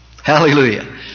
Hallelujah